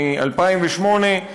מ-2008,